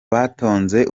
batonze